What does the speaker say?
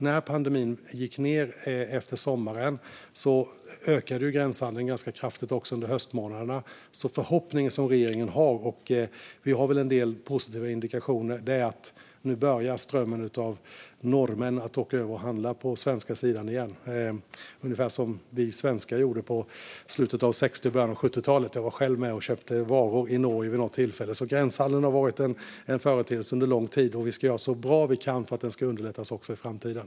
När pandemin gick ned efter sommaren ökade gränshandeln ganska kraftigt under höstmånaderna. Den förhoppning regeringen har - och vi har väl en del positiva indikationer - är att strömmen av norrmän som åker över och handlar på den svenska sidan nu börjar igen, ungefär som vi svenskar gjorde i slutet av 60 och början av 70-talet. Jag var själv med och köpte varor i Norge vid något tillfälle. Gränshandeln har varit en företeelse under lång tid, och vi ska göra så gott vi kan för att den ska underlättas också i framtiden.